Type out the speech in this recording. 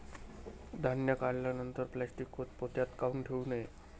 धान्य काढल्यानंतर प्लॅस्टीक पोत्यात काऊन ठेवू नये?